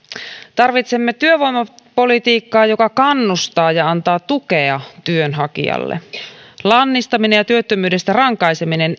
tarvitsemme työvoimapolitiikkaa joka kannustaa ja antaa tukea työnhakijalle lannistaminen ja työttömyydestä rankaiseminen